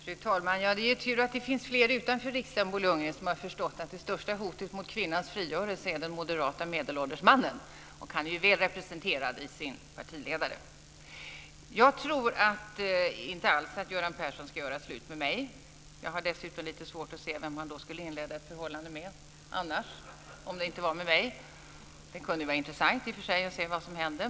Fru talman! Det är tur att det finns fler utanför riksdagen, Bo Lundgren, som har förstått att det största hotet mot kvinnans frigörelse är den moderata medelålders mannen. Han är ju väl representerad av sin partiledare. Jag tror inte alls att Göran Persson ska göra slut med mig. Jag har dessutom lite svårt att se vem han skulle inleda ett förhållande med om det inte var med mig. Det kunde i och för sig vara intressant att se vad som hände.